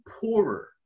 poorer